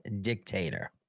dictator